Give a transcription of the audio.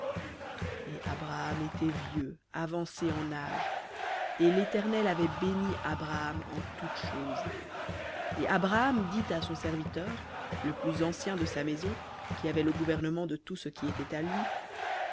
et abraham était vieux avancé en âge et l'éternel avait béni abraham en toute chose et abraham dit à son serviteur le plus ancien de sa maison qui avait